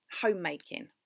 homemaking